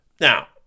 Now